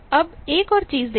अब एक और चीज देखें